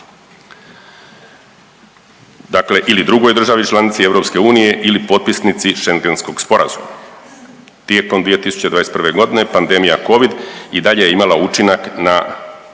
dakle ili drugoj državi članici EU ili potpisnici Schengenskog sporazuma. Tijekom 2021. godine pandemija covid i dalje je imala učinak na